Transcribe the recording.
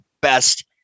best